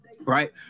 right